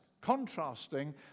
Contrasting